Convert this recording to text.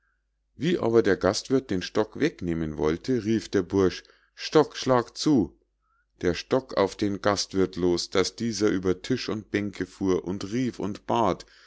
wie aber der gastwirth den stock wegnehmen wollte rief der bursch stock schlag zu der stock auf den gastwirth los daß dieser über tisch und bänke fuhr und rief und bat